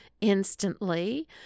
instantly